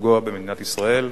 ולפגוע במדינת ישראל.